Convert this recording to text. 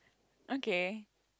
okay